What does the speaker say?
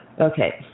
Okay